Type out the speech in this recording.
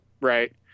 right